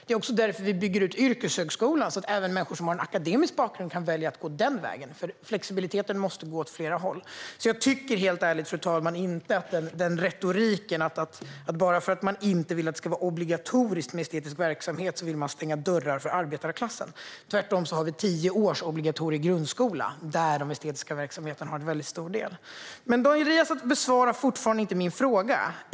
Det är också därför vi bygger ut yrkeshögskolan så att även människor som har en akademisk bakgrund kan välja att gå den vägen. Flexibiliteten måste gå åt flera håll. Jag tycker helt ärligt, fru talman, inte att retoriken håller att bara för att man inte vill att det ska vara obligatoriskt med estetisk verksamhet vill man stänga dörrar för arbetarklassen. Tvärtom har vi tio års obligatorisk grundskola där de estetiska verksamheterna är en stor del. Daniel Riazat besvarar fortfarande inte min fråga.